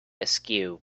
askew